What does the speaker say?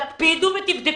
תקפידו ותבדקו,